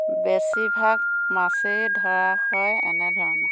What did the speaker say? বেছিভাগ মাছেই ধৰা হয় এনেধৰণৰ